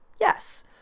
Yes